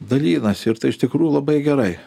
dalinasi ir tai iš tikrųjų labai gerai